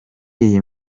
iyi